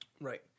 Right